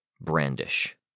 Brandish